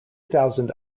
thousand